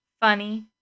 funny